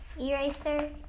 eraser